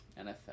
NFL